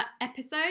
episode